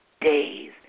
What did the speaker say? days